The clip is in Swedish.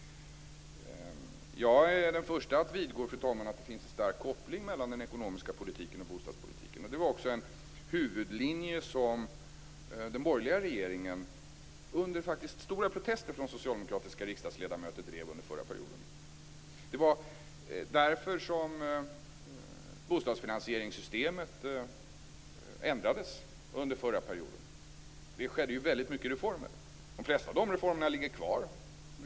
Jag är, fru talman, den förste att vidgå att det finns en stark koppling mellan den ekonomiska politiken och bostadspolitiken. Det var också en huvudlinje som den borgerliga regeringen, faktiskt under starka protester från socialdemokratiska riksdagsledamöter, drev under förra mandatperioden. Det var därför som bostadsfinansieringssystemet ändrades under förra perioden. Det genomfördes ju väldigt mycket reformer. De flesta av de reformerna ligger kvar.